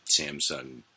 Samsung